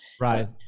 right